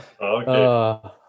Okay